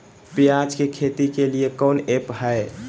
प्याज के खेती के लिए कौन ऐप हाय?